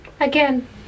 Again